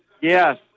Yes